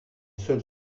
seuls